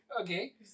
Okay